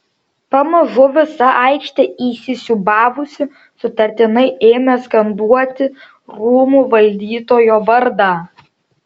pamažu visa aikštė įsisiūbavusi sutartinai ėmė skanduoti rūmų valdytojo vardą